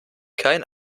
kein